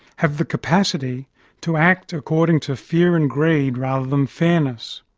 have the capacity to act according to fear and greed rather than fairness.